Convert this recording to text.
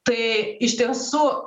tai iš tiesų